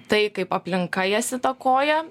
tai kaip aplinka jas įtakoja